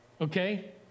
okay